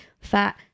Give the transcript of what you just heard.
fat